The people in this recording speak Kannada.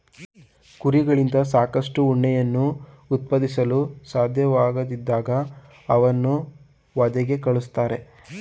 ಕುರಿಗಳಿಂದ ಸಾಕಷ್ಟು ಉಣ್ಣೆಯನ್ನು ಉತ್ಪಾದಿಸಲು ಸಾಧ್ಯವಾಗದಿದ್ದಾಗ ಅವನ್ನು ವಧೆಗೆ ಕಳಿಸ್ತಾರೆ